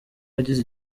yagize